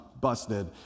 busted